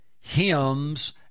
hymns